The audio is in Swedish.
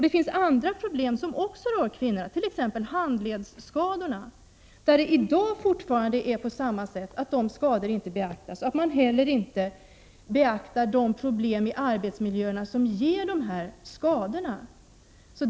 Det finns också andra problem som rör kvinnorna, t.ex. handledsskadorna, där det i dag fortfarande är så att dessa skador inte beaktas och att man inte heller beaktar de problem i arbetsmiljöerna som ger de här skadorna.